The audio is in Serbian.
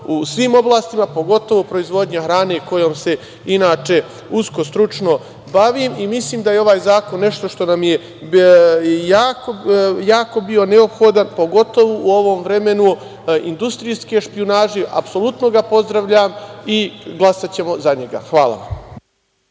u svim oblastima, pogotovo proizvodnja hrane kojom se inače usko stručno bavim. Mislim da je ovaj zakon jako bio neophodan, pogotovo u ovom vremenu industrijske špijunaže, apsolutno ga pozdravljam i glasaćemo za njega. Hvala